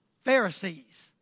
Pharisees